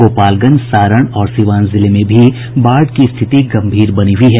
गोपालगंज सारण और सीवान जिले में भी बाढ़ की स्थिति गंभीर बनी हई है